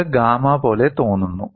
ഇത് ഗാമാ പോലെ തോന്നുന്നു